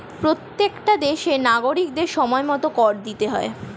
প্রত্যেকটা দেশের নাগরিকদের সময়মতো কর দিতে হয়